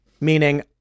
meaning